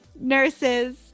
nurses